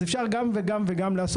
אז אפשר לעשות גם וגם וגם,